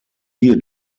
hier